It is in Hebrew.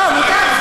באמת אני שואל.